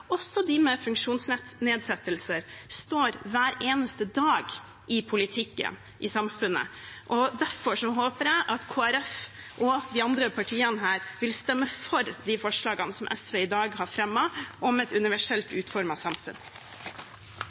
også for dem med funksjonsnedsettelser, står hver eneste dag i politikken, i samfunnet. Derfor håper jeg at Kristelig Folkeparti og de andre partiene her vil stemme for de forslagene SV i dag har fremmet om et universelt utformet samfunn.